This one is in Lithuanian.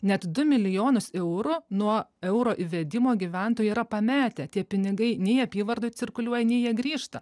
net du milijonus eurų nuo euro įvedimo gyventojai yra pametę tie pinigai nei apyvartoj cirkuliuoja nei jie grįžta